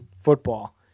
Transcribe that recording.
football